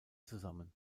zusammen